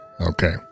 Okay